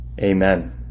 Amen